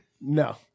No